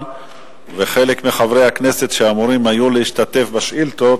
וחלק מחברי הכנסת שהיו אמורים להשתתף בשאילתות